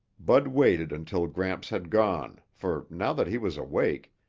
bud waited until gramps had gone, for now that he was awake,